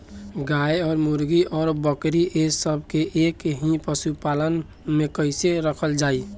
गाय और मुर्गी और बकरी ये सब के एक ही पशुपालन में कइसे रखल जाई?